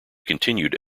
continued